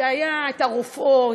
היו הרופאות,